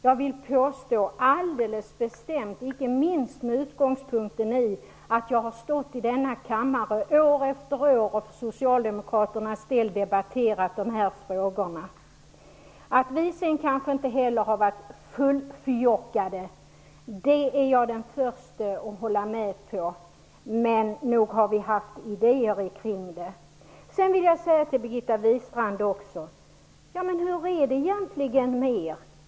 Jag vill alldeles bestämt påstå att vi gjort detta, och det kan jag säga inte minst med utgångspunkt i att jag i denna kammare från den socialdemokratiska sidan år efter år har debatterat dessa frågor. Att vi kanske inte heller har varit fullfjockade är jag den första att hålla med om, men nog har vi haft idéer. Sedan vill jag säga till Birgitta Wistrand: Ja, men hur är det egentligen med er?